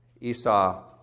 Esau